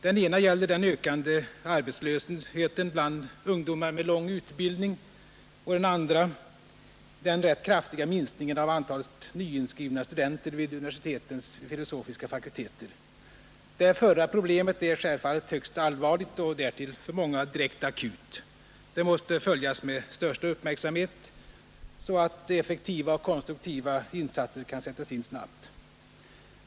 Den ena gäller den ökande arbetslösheten bland ungdomar med lång utbildning och den andra den rätt kraftiga minskningen av antalet nyinskrivna studenter vid universitetens filosofiska fakulteter. Det förra problemet är självfallet högst allvarligt och därtill för många direkt akut. Det måste följas med största uppmärksamhet, så att effektiva och konstruktiva insatser kan sättas in snabbt.